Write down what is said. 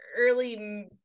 early